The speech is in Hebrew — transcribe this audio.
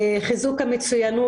חיזוק המצוינות.